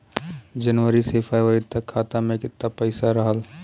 जनवरी से फरवरी तक खाता में कितना पईसा रहल?